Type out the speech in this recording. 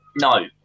no